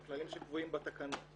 אלה כללים שקבועים בתקנות.